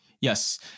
Yes